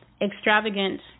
extravagant